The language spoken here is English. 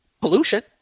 pollution